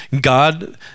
God